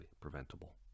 preventable